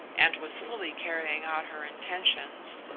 and was fully carrying out her intentions,